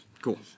Cool